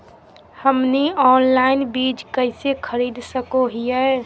हमनी ऑनलाइन बीज कइसे खरीद सको हीयइ?